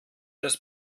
das